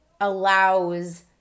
allows